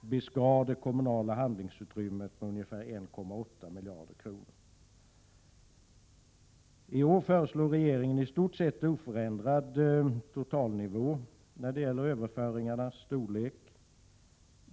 beskar det kommunala handlingsutrymmet med ungefär 1,8 miljarder kronor. I år föreslår regeringen i stort sett oförändrad totalnivå när det gäller överföringarnas storlek.